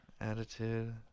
Attitude